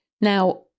Now